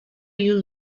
you